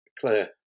Claire